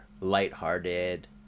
light-hearted